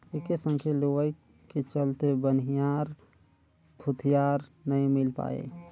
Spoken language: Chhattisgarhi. एके संघे लुवई के चलते बनिहार भूतीहर नई मिल पाये